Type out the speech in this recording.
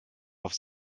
auf